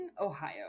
ohio